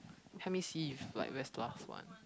help me see if like where's the last one